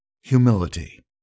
Humility